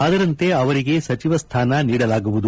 ಅದರಂತೆ ಅವರಿಗೆ ಸಚಿವ ಸ್ಥಾನ ನೀಡಲಾಗುವುದು